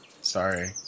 Sorry